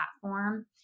platform